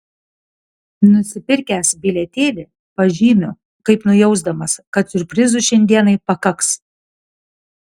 nusipirkęs bilietėlį pažymiu kaip nujausdamas kad siurprizų šiandienai pakaks